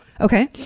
Okay